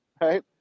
right